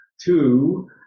two